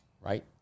right